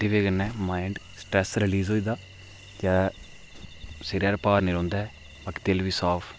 एह्दे कन्नै mind stress release होई जंदा ते सिरै पर भार निं रौंदा